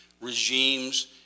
regimes